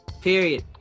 Period